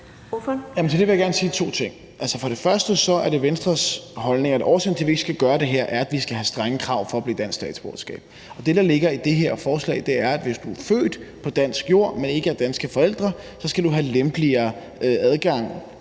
til, at vi ikke skal gøre det her, er, at vi skal have strenge krav til at få dansk statsborgerskab. Det, der ligger i det her forslag, er, at hvis du er født på dansk jord, men ikke af danske forældre, så skal du have lempeligere adgang,